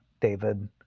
David